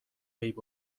عیب